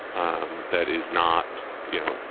um that is not, you know,